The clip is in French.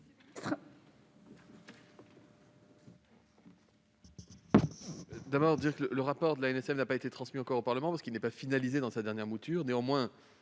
Merci